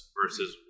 versus